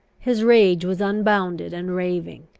his rage was unbounded and raving.